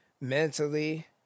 mentally